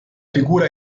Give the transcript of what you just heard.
figura